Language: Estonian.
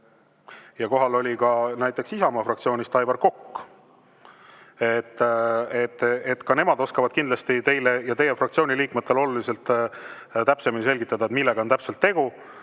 ja kohal oli ka näiteks Isamaa fraktsioonist Aivar Kokk. Nemad oskavad kindlasti teile ja teie fraktsiooni liikmetele oluliselt täpsemini selgitada, millega on tegu.